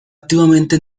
activamente